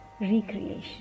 recreation